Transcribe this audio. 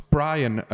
Brian